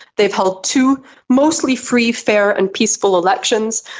they've held two mostly free, fair and peaceful elections.